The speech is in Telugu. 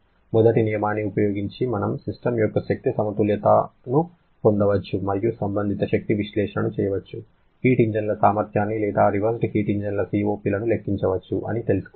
మొదటి నియమాన్ని ఉపయోగించి మనము సిస్టమ్ యొక్క శక్తి సమతుల్యతను పొందవచ్చు మరియు సంబంధిత శక్తి విశ్లేషణను చేయవచ్చు హీట్ ఇంజిన్ల సామర్థ్యాన్ని లేదా రివర్స్డ్ హీట్ ఇంజిన్ల COPలను లెక్కించవచ్చు అని తెలుసుకున్నాము